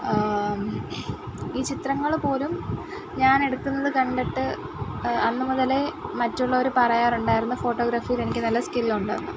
ഈ ചിത്രങ്ങള് പോലും ഞാനെടുക്കുന്നത് കണ്ടിട്ട് അന്ന് മുതലേ മറ്റുള്ളവര് പറയാറുണ്ടായിരുന്നു ഫോട്ടോഗ്രഫിയിലെനിക്ക് നല്ല സ്കില്ലുണ്ടെന്ന്